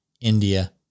India